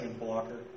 blocker